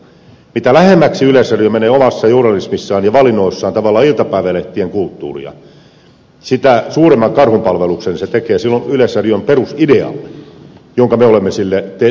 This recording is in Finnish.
mitä lähemmäksi yleisradio menee omassa journalismissaan ja valinnoissaan tavallaan iltapäivälehtien kulttuuria sitä suuremman karhunpalveluksen se tekee silloin yleisradion perusidealle jonka me olemme sille toimeksiannossa asettaneet